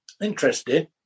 interesting